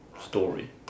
story